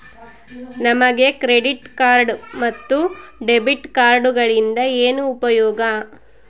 ನಮಗೆ credit card ಮತ್ತು debit ಕಾರ್ಡುಗಳಿಂದ ಏನು ಉಪಯೋಗ?